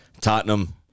Tottenham